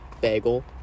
Bagel